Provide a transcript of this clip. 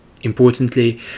Importantly